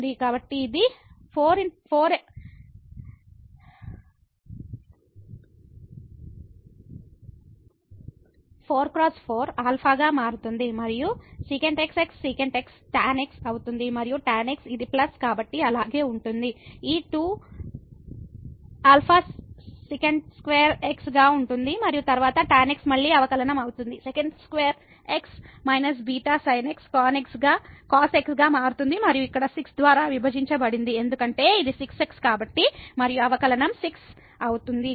కాబట్టి అది 4 x 4 alpha గా మారుతుంది మరియు sec x sec x tan x అవుతుంది మరియు tan x ఇది ప్లస్ కాబట్టి అలాగే ఉంటుంది ఈ 2 α sec2x గా ఉంటుంది మరియు తరువాత tan x మళ్ళీ అవకలనం అవుతుంది sec2x βsin x cos x గా మారుతుంది మరియు ఇక్కడ 6 ద్వారా విభజించబడింది ఎందుకంటే ఇది 6 x కాబట్టి మరియు అవకలనం 6 అవుతుంది